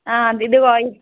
ఆ ఇది